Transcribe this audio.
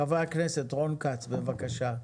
חבר הכנסת רון כץ, בבקשה.